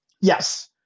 Yes